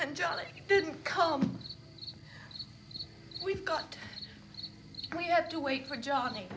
jolly didn't come we've got we have to wait for johnny